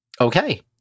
Okay